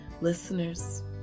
Listeners